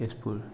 Tezpur